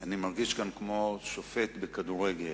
אני מרגיש כאן כמו שופט בכדורגל.